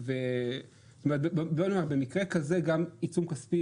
מעבר להיותו יבואן רשום,